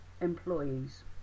employees